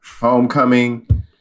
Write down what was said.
Homecoming